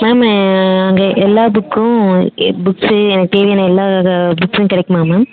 ma'am அங்கே எல்லா புக்கும் புக்ஸ்ஸு எனக்கு தேவையான எல்லா புக்ஸ்ஸும் கிடைக்குமா மேம்